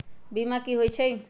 बीमा कि होई छई?